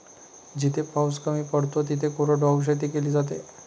जिथे पाऊस कमी पडतो तिथे कोरडवाहू शेती केली जाते